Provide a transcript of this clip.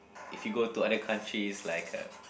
if you go to other countries like uh